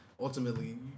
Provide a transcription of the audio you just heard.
ultimately